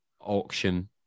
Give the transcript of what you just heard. auction